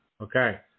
Okay